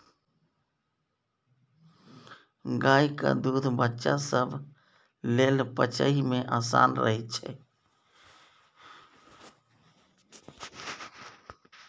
गायक दूध बच्चा सब लेल पचइ मे आसान रहइ छै